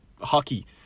Hockey